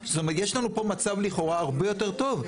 זאת אומרת, יש לנו פה מצב לכאורה הרבה יותר טוב.